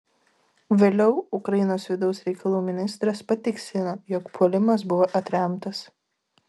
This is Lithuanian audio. vėliau ukrainos vidaus reikalų ministras patikslino jog puolimas buvo atremtas